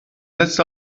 letzte